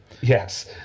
Yes